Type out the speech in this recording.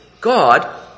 God